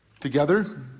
together